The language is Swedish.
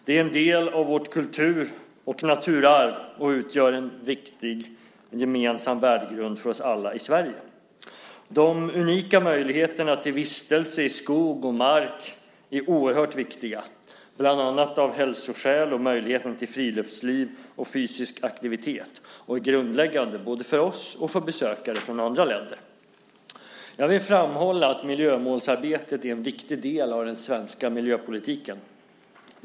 Det är en del av vårt kultur och naturarv och utgör en gemensam värdegrund för oss alla i Sverige. De unika möjligheterna till vistelse i skog och mark är oerhört viktiga, bland annat av hälsoskäl, och möjligheten till friluftsliv och fysisk aktivitet är grundläggande både för oss och för besökare från andra länder. Jag vill framhålla att miljömålsarbetet är en viktig del av den svenska miljöpolitiken.